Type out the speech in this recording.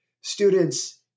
students